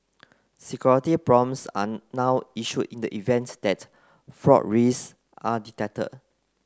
security prompts are now issued in the event that fraud risks are detected